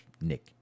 Nick